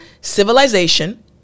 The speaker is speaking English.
civilization